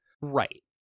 Right